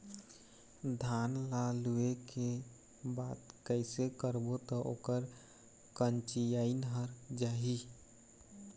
धान ला लुए के बाद कइसे करबो त ओकर कंचीयायिन हर जाही?